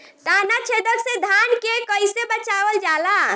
ताना छेदक से धान के कइसे बचावल जाला?